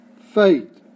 faith